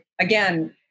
again